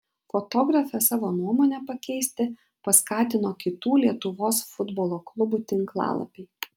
fotografę savo nuomonę pakeisti paskatino kitų lietuvos futbolo klubų tinklalapiai